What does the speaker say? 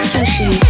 Sushi